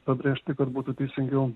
pabrėžti kad būtų teisingiau